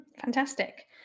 Fantastic